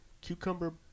Cucumber